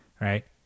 right